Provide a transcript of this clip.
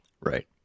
Right